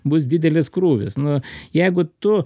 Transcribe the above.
bus didelis krūvis nu jeigu tu